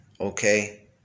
Okay